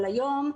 אבל היום,